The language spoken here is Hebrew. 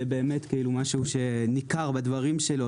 זה משהו שניכר בדברים שלו,